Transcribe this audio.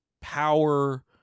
power